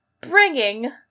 bringing